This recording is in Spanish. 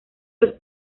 los